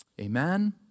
Amen